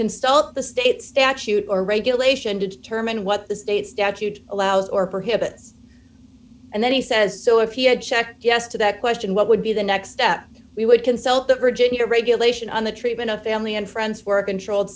consult the state statute or regulation to determine what the state statute allows or perhaps and then he says so if he had checked yes to that question what would be the next step we would consult the surgeon your regulation on the treatment of family and friends for a controlled